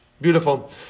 beautiful